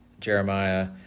Jeremiah